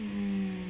hmm